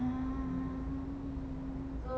ah